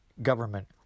Government